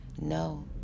No